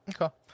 Okay